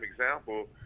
example